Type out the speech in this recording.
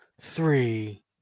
three